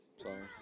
sorry